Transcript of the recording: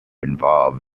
involve